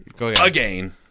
Again